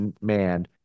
man